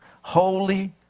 Holy